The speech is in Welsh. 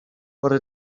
bore